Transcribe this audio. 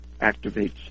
activates